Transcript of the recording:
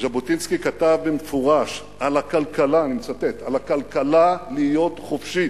ז'בוטינסקי כתב במפורש אני מצטט: על הכלכלה להיות חופשית,